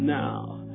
now